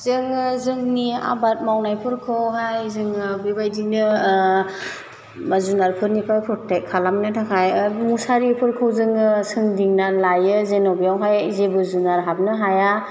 जोङो जोंनि आबाद मावनायफोरखौहाय जोङो बे बायदिनो जुनारफोरनिफ्राइ प्रटेक खालामनो थाखाय मुसारिफोरखौ जोङो सोंदिंना लायो जेन' बेयावहाय जेबो जुनार हाबनो हाया